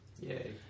Yay